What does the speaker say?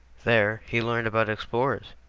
there he learned about explorers,